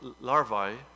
larvae